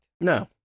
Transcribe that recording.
No